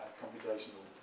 computational